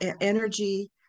energy